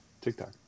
tiktok